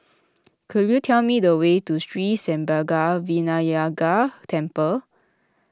could you tell me the way to Sri Senpaga Vinayagar Temple